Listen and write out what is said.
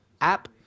app